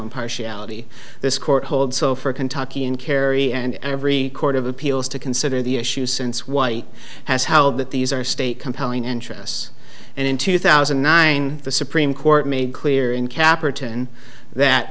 impartiality this court holds so for kentucky and kerry and every court of appeals to consider the issue since white has held that these are state compelling interests and in two thousand and nine the supreme court made clear in capper ten that